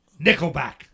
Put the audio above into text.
Nickelback